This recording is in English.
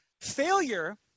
failure